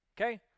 Okay